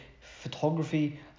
photography